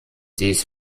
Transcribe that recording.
dies